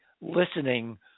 listening